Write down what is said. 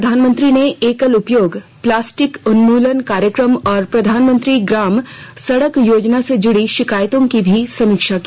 प्रधानमंत्री ने एकल उपयोग प्लास्टिक उन्मुलन कार्यक्रम और प्रधानमंत्री ग्राम सड़क योजना से जुड़ी शिकायतों की भी समीक्षा की